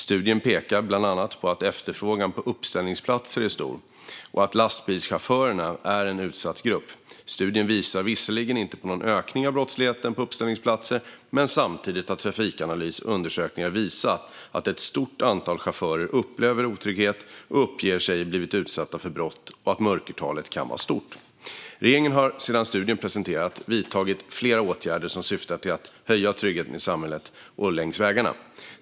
Studien pekar bland annat på att efterfrågan på uppställningsplatser är stor och att lastbilschaufförerna är en utsatt grupp. Studien visar visserligen inte på någon ökning av brottslighet på uppställningsplatser, men samtidigt har Trafikanalys undersökningar visat att ett stort antal chaufförer upplever otrygghet och uppger sig blivit utsatta för brott och att mörkertalet kan vara stort. Regeringen har sedan studien presenterades vidtagit flera åtgärder som syftar till att höja tryggheten i samhället och längs vägarna.